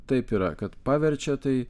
taip yra kad paverčia tai